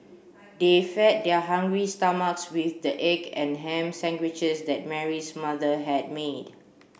they fed their hungry stomachs with the egg and ham sandwiches that Mary's mother had made